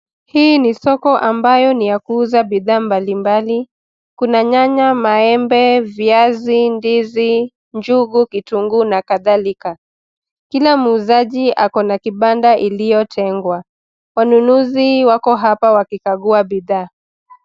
Hii ni soko ambayo iyakuuza bidhaa mbali mbali. Kuna nyanya, maembe, viazi, ndizi, kitungu na kadhalika. Kila muuzaji akona kibanda iliyotengwa. Wanunuzi wako hapa wakikajua bidhaa.